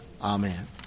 Amen